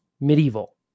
medieval